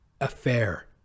affair